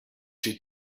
she